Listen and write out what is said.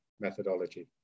methodology